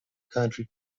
country